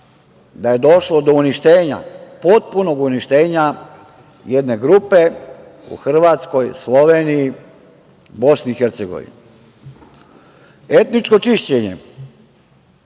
da je došlo do uništenja, potpunog uništenja jedne grupe u Hrvatskoj, Sloveniji, BiH. Etničko čišćenje